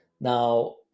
Now